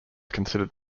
considered